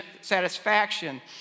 satisfaction